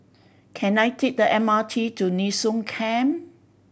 can I take the M R T to Nee Soon Camp